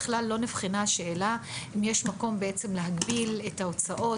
בכלל לא נבחנה השאלה אם יש מקום בעצם להגביל את ההוצאות,